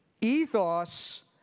Ethos